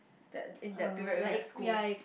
that in that period we have school